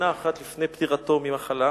שנה אחת לפני פטירתו ממחלה.